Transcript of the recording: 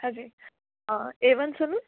Haji Avon salon